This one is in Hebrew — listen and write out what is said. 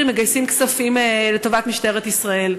מגייסים בעצם כספים לטובת משטרת ישראל?